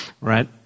right